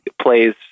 plays